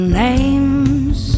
names